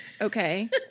okay